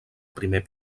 primer